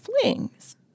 flings